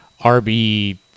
RB